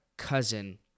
cousin